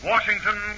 Washington